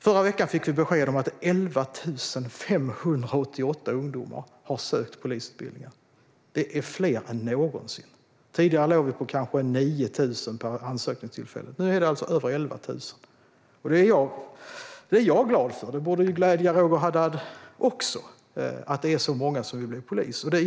Förra veckan fick vi besked om att 11 588 ungdomar sökt polisutbildningen. Det är fler än någonsin. Tidigare låg vi på kanske 9 000 per ansökningstillfälle. Nu är det alltså över 11 000. Det är jag glad för, och det borde glädja även Roger Haddad att det är så många som vill bli poliser.